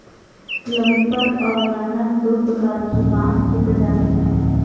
clumper और runner दो प्रकार की बाँस की प्रजातियाँ हैं